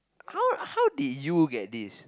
how how did you get this